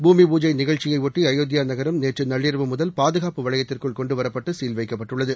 பூமி பூஜை நிகழ்ச்சியையொட்டி அயோத்தியா நகரம் நேற்று நள்ளிரவு முதல் பாதுகாப்பு வளையத்திற்குள் கொண்டுவரப்பட்டு சீல் வைக்கப்பட்டுள்ளது